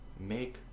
make